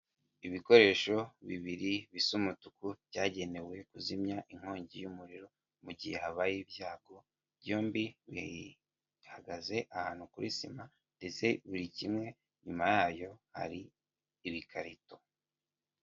Ibikoresho bibiri bisu umutuku byagenewe kuzimya inkongi y'umuriro, mu gihe habaye ibyago byombi bihagaze ahantu kuri sima ndetse buri kimwe inyuma yacyo hari ibikarito.